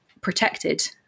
protected